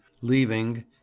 leaving